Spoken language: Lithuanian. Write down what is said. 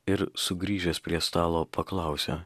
ir sugrįžęs prie stalo paklausė